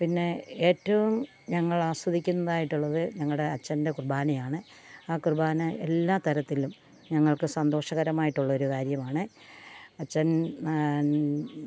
പിന്നെ ഏറ്റവും ഞങ്ങൾ ആസ്വദിക്കുന്നതായിട്ടുള്ളത് ഞങ്ങളുടെ അച്ഛൻ്റെ കുർബ്ബാനയാണ് ആ കുർബ്ബാന എല്ലാ തരത്തിലും ഞങ്ങൾക്ക് സന്തോഷകരമായിട്ടുള്ള ഒരു കാര്യമാണ് അച്ഛൻ